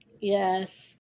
Yes